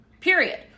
period